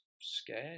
scared